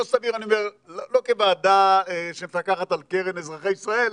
לא סביר אני אומר לא כוועדה שמפקחת על קרן אזרחי ישראל,